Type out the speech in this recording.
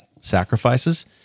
sacrifices